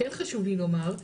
כן חשוב לי לומר,